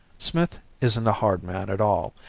smith isn't a hard man at all,